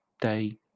day